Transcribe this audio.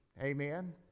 Amen